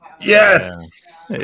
Yes